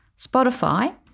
Spotify